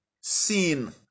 seen